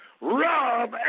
Rob